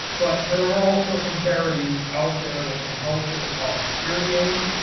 but there are also some charities out there that can help with the cost of hearing aids.